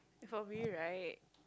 for me right